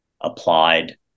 applied